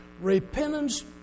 repentance